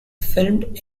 filmed